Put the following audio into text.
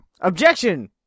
Objection